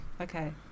Okay